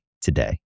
today